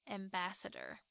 ambassador